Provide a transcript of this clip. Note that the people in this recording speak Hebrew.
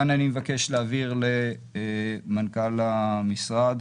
כאן אני מבקש להעביר את השרביט למנכ"ל המשרד,